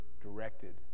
directed